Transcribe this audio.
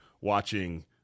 watching